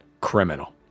criminal